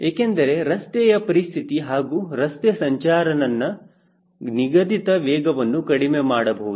ಏಕೆಂದರೆ ರಸ್ತೆಯ ಪರಿಸ್ಥಿತಿ ಹಾಗೂ ರಸ್ತೆ ಸಂಚಾರ ನನ್ನ ನಿಗದಿತ ವೇಗವನ್ನು ಕಡಿಮೆ ಮಾಡಬಹುದು